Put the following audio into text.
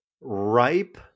ripe